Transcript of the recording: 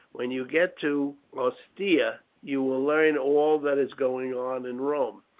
when you get to ostia you will learn all that is going on in rome,